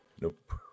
Nope